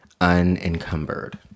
unencumbered